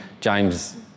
James